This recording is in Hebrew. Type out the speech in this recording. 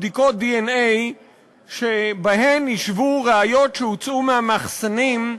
בדיקות דנ"א שבהן השוו ראיות שהוצאו מהמחסנים,